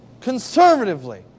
conservatively